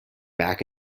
back